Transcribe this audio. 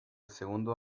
segundo